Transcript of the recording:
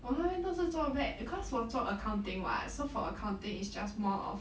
我那边都是做 back cause 我做 accounting [what] so for accounting it's just more of